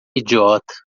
idiota